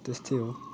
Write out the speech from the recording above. त्यस्तै हो